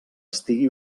estigui